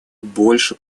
больше